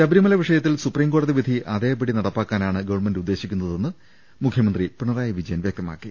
ശബരിമല വിഷയത്തിൽ സൂപ്രീം കോടതി വിധി അതേപടി നട പ്പാക്കാനാണ് ഗവൺമെന്റ് ഉദ്ദേശിക്കുന്നതെന്ന് പിണറായി വിജയൻ വ്യക്തമാക്കി